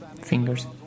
Fingers